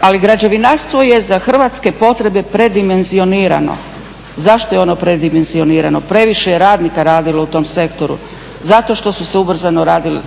Ali, građevinarstvo je za hrvatske potrebe predimenzionirano. Zašto je ono predimenzionirano? Previše je radnika radilo u tom sektoru. Zato što su se ubrzano